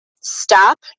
stop